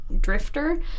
Drifter